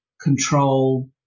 control